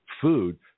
food